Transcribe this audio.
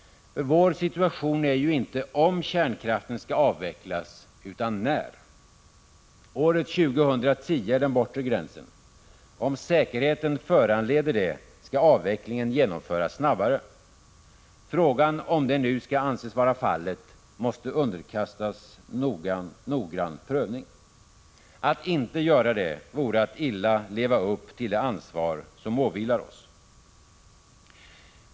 Vår situation är ju inte sådan att det gäller om kärnkraften skall avvecklas utan när. Året 2010 är den bortre gränsen. Om säkerheten föranleder det skall avvecklingen genomföras snabbare. Frågan om detta nu skall anses vara fallet måste underkastas noggrann prövning. Att inte göra en sådan prövning vore att illa leva upp till det ansvar som åvilar oss.